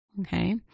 Okay